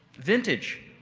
vintage.